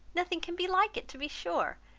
nothing can be like it, to be sure!